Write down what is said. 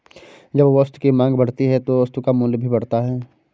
जब वस्तु की मांग बढ़ती है तो वस्तु का मूल्य भी बढ़ता है